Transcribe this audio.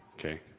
okay,